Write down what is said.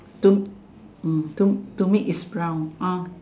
to mm to to me is brown orh